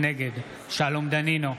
נגד שלום דנינו,